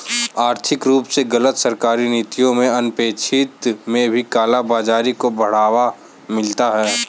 आर्थिक रूप से गलत सरकारी नीतियों के अनपेक्षित में भी काला बाजारी को बढ़ावा मिलता है